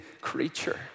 creature